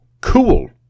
Cool